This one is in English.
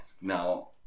Now